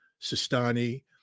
sistani